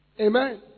Amen